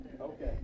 Okay